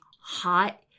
hot